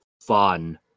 fun